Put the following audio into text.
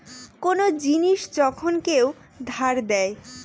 কোন জিনিস যখন কেউ ধার দেয়